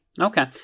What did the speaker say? Okay